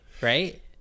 right